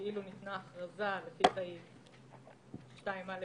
כאילו ניתנה הכרזה לפי סעיף 2(א)(1),